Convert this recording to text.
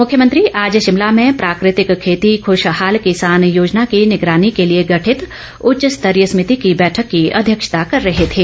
मुख्यमंत्री आज शिमला में प्राकृतिक खेती खूशहाल किसान योजना की निगरानी के लिए गठित उच्च स्तरीय समिति की बैठक की अध्यक्षता कर रहे थे